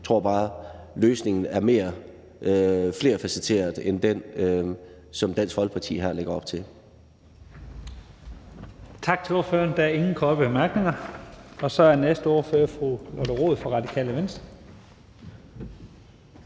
Jeg tror bare, løsningen er mere flerfacetteret end den, som Dansk Folkeparti her lægger op til.